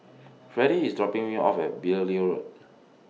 Freddy IS dropping Me off At Beaulieu Road